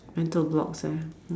mental blocks ah